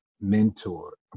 mentor